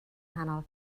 nghanol